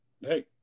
Hey